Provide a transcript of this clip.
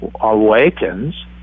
awakens